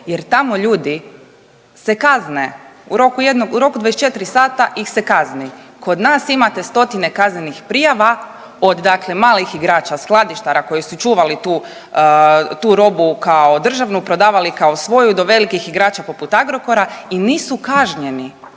jer tamo ljudi se kazne, u roku 24 sata ih se kazni. Kod nas imate stotine kaznenih prijava od dakle malih igrača, skladištara koji su čuvali tu robu kao državnu, prodavali kao svoju, do velikih igrača poput Agrokora i nisu kažnjeni.